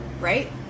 Right